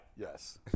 Yes